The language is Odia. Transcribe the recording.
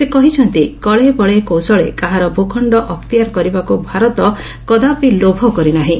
ସେ କହିଛନ୍ତି କଳେ ବଳେ କୌଶଳେ କାହାର ଭଖଣ୍ଡ ଅକ୍ତିଆର କରିବାକୁ ଭାରତ କଦାପି ଲୋଭ କରି ନାହିଁ